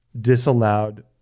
disallowed